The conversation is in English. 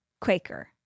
Quaker